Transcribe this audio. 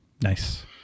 Nice